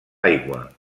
aigua